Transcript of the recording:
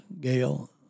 Gail